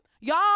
Y'all